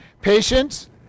Patience